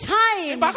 time